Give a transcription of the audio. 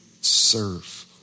serve